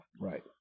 Right